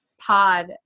Pod